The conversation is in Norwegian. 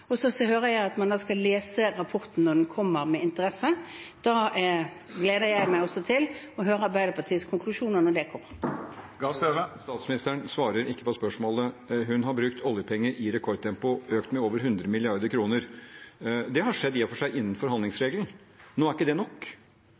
hører at man skal lese rapporten med interesse når den kommer. Da gleder jeg meg til å høre Arbeiderpartiets konklusjoner når de kommer. Jonas Gahr Støre – til oppfølgingsspørsmål. Statsministeren svarer ikke på spørsmålet. Hun har brukt oljepenger i rekordtempo, de er økt med over 100 mrd. kr. Det har i og for seg